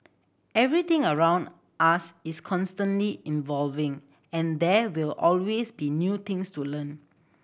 everything around us is constantly evolving and there will always be new things to learn